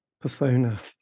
persona